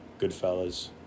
Goodfellas